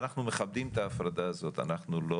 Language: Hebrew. אנחנו מכבדים את ההפרדה הזאת,